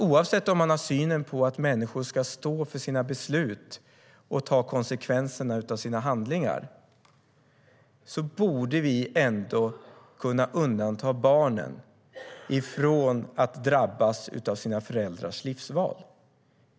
Oavsett om man har synen att människor ska stå för sina beslut och ta konsekvenserna av sina handlingar borde vi kunna undanta barnen från att drabbas av sina föräldrars livsval.